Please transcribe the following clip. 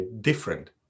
different